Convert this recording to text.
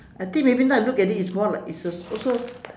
I think maybe now I look at it's more like it's a also